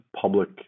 public